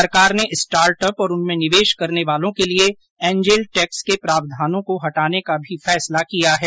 सरकार ने स्टार्टअप और उनमें निवेश करने वालों के लिए एंजेल टैक्स के प्रावधानों को हटाने का भी फैसला किया है